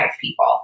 people